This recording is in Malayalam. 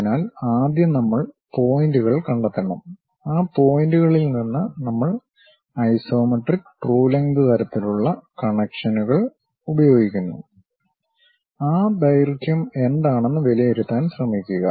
അതിനാൽ ആദ്യം നമ്മൾ പോയിന്റുകൾ കണ്ടെത്തണം ആ പോയിന്റുകളിൽ നിന്ന് നമ്മൾ ഐസോമെട്രിക് ട്രൂ ലെങ്ത് തരത്തിലുള്ള കണക്ഷനുകൾ ഉപയോഗിക്കുന്നു ആ ദൈർഘ്യം എന്താണെന്ന് വിലയിരുത്താൻ ശ്രമിക്കുക